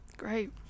great